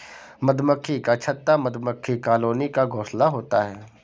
मधुमक्खी का छत्ता मधुमक्खी कॉलोनी का घोंसला होता है